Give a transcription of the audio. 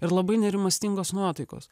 ir labai nerimastingos nuotaikos